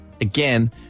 Again